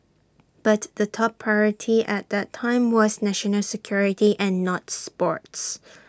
but the top priority at that time was national security and not sports